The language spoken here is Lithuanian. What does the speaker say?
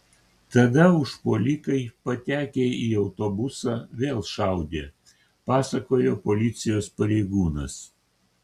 tada užpuolikai patekę į autobusą vėl šaudė pasakojo policijos pareigūnas